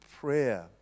prayer